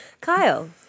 kyle